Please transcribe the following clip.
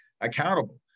accountable